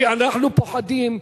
כי אנחנו פוחדים.